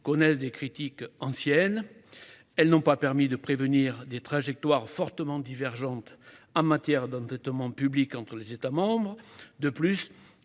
connaissent des critiques qui sont anciennes. Elles n'ont pas permis de prévenir des trajectoires fortement divergentes en matière d'endettement public entre les États membres. De plus,